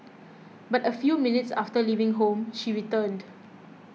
but a few minutes after leaving home she returned